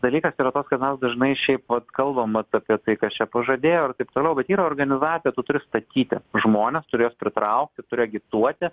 dalykas yra toks kad mes dažnai šiaip vat kalbam apie tai kas čia pažadėjo ir taip toliau yra organizacija tu turi statyti žmones turi juos pritraukti turi agituoti